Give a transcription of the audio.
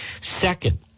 Second